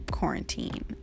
quarantine